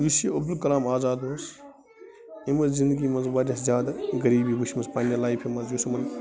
یُس یہِ عبدالکلام آزاد اوس أمۍ ٲس زِنٛدگی منٛز واریاہ زیادٕ غریٖبی وُچھمٕژ پنٕنہِ لایفہِ منٛز یُس یِمَن